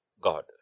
God